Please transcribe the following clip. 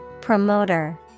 Promoter